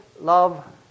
love